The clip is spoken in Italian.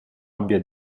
abbia